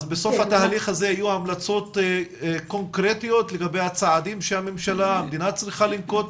בסוף התהליך הזה קונקרטיות לגבי הצעדים שהמדינה צריכה לנקוט